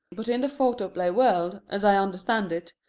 but in the photoplay world, as i understand it,